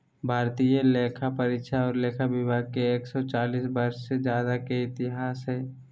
भारतीय लेखापरीक्षा और लेखा विभाग के एक सौ चालीस वर्ष से ज्यादा के इतिहास हइ